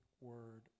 Word